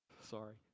sorry